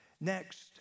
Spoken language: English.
Next